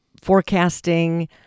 forecasting